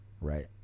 right